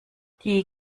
die